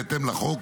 בהתאם לחוק,